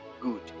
Good